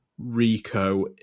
Rico